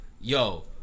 yo